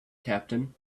captain